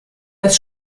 des